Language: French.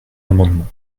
amendement